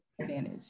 advantage